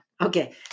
Okay